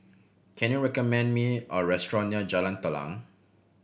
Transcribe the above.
can you recommend me a restaurant near Jalan Telang